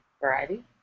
variety